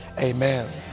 Amen